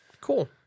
Cool